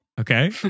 okay